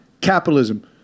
Capitalism